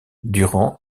durant